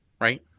right